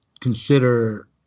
consider